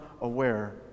aware